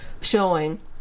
showing